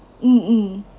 mm mm